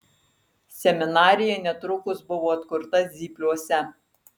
seminarija netrukus buvo atkurta zypliuose